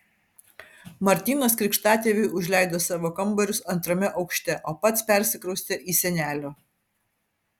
martynas krikštatėviui užleido savo kambarius antrame aukšte o pats persikraustė į senelio